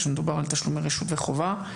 כשמדובר על תשלומי רשות וחובה.